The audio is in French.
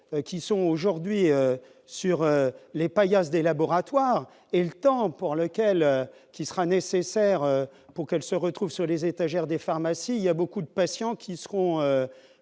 qui sont aujourd'hui sur les paillasses des laboratoires et le temps pour lequel qui sera nécessaire pour qu'elle se retrouvent sur les étagères des pharmacies, il y a beaucoup de patients qui seront,